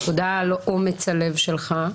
תודה על אומץ הלב שלך.